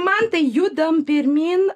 mantai judam pirmyn